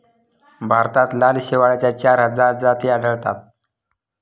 भारतात लाल शेवाळाच्या चार हजार जाती आढळतात